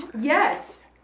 Yes